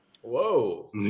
Whoa